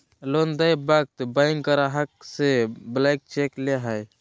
loan देय वक्त bank ग्राहक से ब्लैंक चेक ले हइ